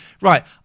right